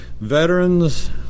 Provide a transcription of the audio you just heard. veterans